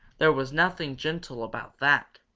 there was nothing gentle about that!